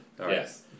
Yes